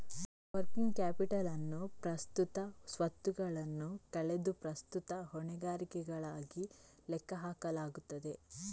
working capital ಅನ್ನು ಪ್ರಸ್ತುತ ಸ್ವತ್ತುಗಳನ್ನು ಕಳೆದು ಪ್ರಸ್ತುತ ಹೊಣೆಗಾರಿಕೆಗಳಾಗಿ ಲೆಕ್ಕ ಹಾಕಲಾಗುತ್ತದೆ